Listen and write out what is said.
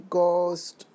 Ghost